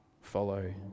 follow